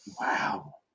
Wow